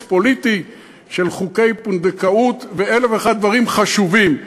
פוליטי של חוקי פונדקאות ואלף ואחד דברים חשובים.